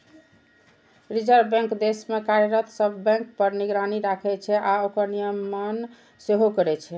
reserve Bank देश मे कार्यरत सब बैंक पर निगरानी राखै छै आ ओकर नियमन सेहो करै छै